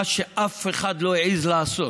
מה שאף אחד לא העז לעשות.